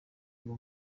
ngo